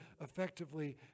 effectively